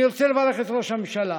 אני רוצה לברך את ראש הממשלה,